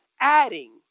adding